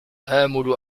آمل